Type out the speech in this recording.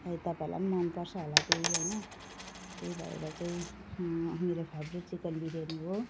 सायद तपाईँहरूलाई नि मन पर्छ होला त्यही हैन त्यही भएर चाहिँ मेरो फेभरेट चिकन बिरयानी हो